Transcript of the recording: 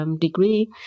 degree